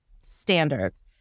standards